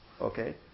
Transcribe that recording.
Okay